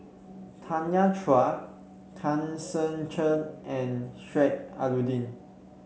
Tanya Chua Tan Ser Cher and Sheik Alau'ddin